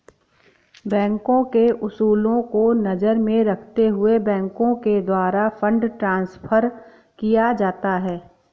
बैंकों के उसूलों को नजर में रखते हुए बैंकों के द्वारा फंड ट्रांस्फर किया जाता है